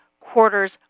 quarters